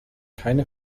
keine